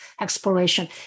exploration